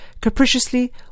capriciously